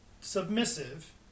submissive